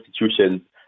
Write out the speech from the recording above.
institutions